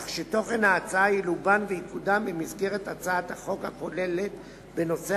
כך שתוכן ההצעה ילובן ויקודם במסגרת הצעת החוק הכוללת בנושא